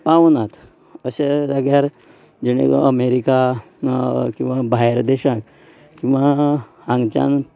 पावनात अशें जाग्यार जेणे करून अमेरिका किंवां भायर देशांत किंवां हांगच्यान